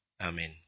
Amen